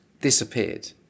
disappeared